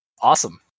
Awesome